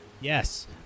Yes